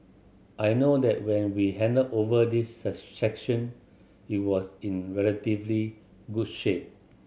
I know that when we handed over this section it was in relatively good shape